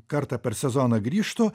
kartą per sezoną grįžtu